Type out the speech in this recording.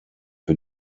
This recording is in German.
für